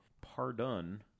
Pardon